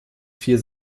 vier